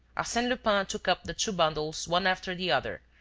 arsene lupin took up the two bundles one after the other,